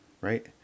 right